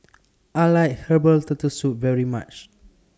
I like Herbal Turtle Soup very much